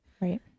Right